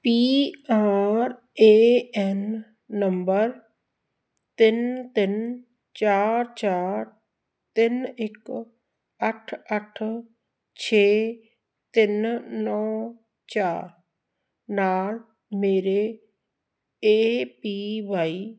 P R A N number ਤਿੰਨ ਤਿੰਨ ਚਾਰ ਚਾਰ ਤਿੰਨ ਇੱਕ ਅੱਠ ਅੱਠ ਛੇ ਤਿੰਨ ਨੌਂ ਚਾਰ ਨਾਲ ਮੇਰੇ ਏ ਪੀ ਵਾਈ